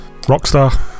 Rockstar